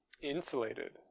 insulated